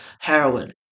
heroin